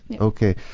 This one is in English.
Okay